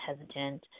hesitant